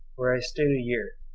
where i stayed a year.